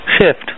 shift